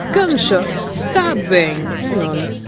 gunshots! stabbing! hang on,